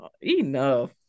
enough